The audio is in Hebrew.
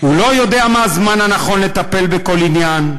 הוא לא יודע מה הזמן הנכון לטפל בכל עניין,